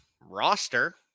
roster